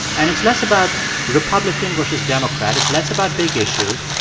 and it's less about republican versus democrat. it's less about big issues.